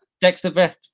Dexter